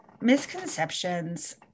misconceptions